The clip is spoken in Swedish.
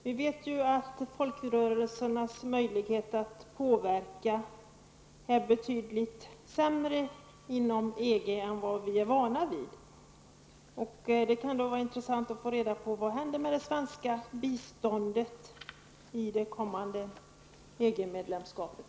Vi vet att folkrörelsernas möjlighet att påverka är betydligt sämre inom EG än vad vi är vana vid. Det kan vara intressant att få reda på vad som händer med det svenska biståndet i det kommande EG-medlemskapet.